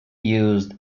used